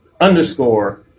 underscore